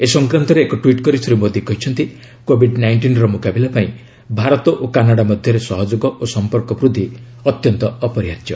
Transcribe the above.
ଏ ସଂକ୍ରାନ୍ତରେ ଏକ ଟ୍ୱଟ୍ କରି ଶ୍ରୀ ମୋଦି କହିଛନ୍ତି କୋଭିଡ୍ ନାଇଷ୍ଟିନ୍ର ମୁକାବିଲାପାଇଁ ଭାରତ ଓ କାନାଡ଼ା ମଧ୍ୟରେ ସହଯୋଗ ଓ ସମ୍ପର୍କ ବୃଦ୍ଧି ଅତ୍ୟନ୍ତ ଅପରିହାର୍ଯ୍ୟ